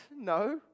No